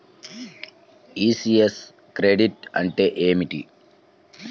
ECS credit అంటే ఏమిటి?